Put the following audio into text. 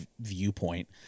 viewpoint